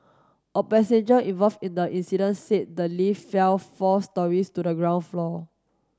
a passenger involved in the incident said the lift fell four storeys to the ground floor